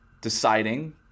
deciding